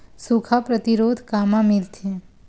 सुखा प्रतिरोध कामा मिलथे?